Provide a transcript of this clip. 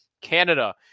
Canada